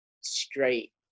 straight